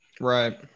Right